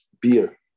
Beer